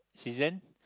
season